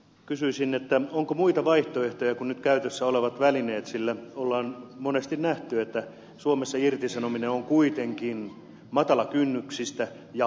kysyisin onko muita vaihtoehtoja kuin nyt käytössä olevat välineet sillä on monesti nähty että suomessa irtisanominen on kuitenkin matalakynnyksistä ja halpaa